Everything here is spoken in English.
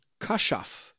Kashaf